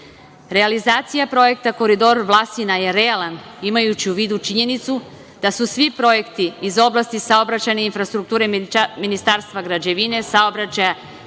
granice. Realizacija projekta Koridor Vlasina je realan, imajući u vidu činjenicu da su svi projekti iz oblasti saobraćajne infrastrukture Ministarstva građevine, saobraćaja